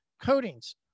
coatings